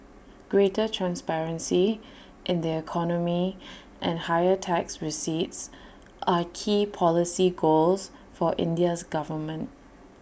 greater transparency in the economy and higher tax receipts are key policy goals for India's government